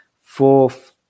fourth